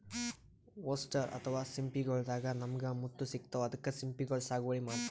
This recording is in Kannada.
ಒಸ್ಟರ್ ಅಥವಾ ಸಿಂಪಿಗೊಳ್ ದಾಗಾ ನಮ್ಗ್ ಮುತ್ತ್ ಸಿಗ್ತಾವ್ ಅದಕ್ಕ್ ಸಿಂಪಿಗೊಳ್ ಸಾಗುವಳಿ ಮಾಡತರ್